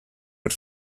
but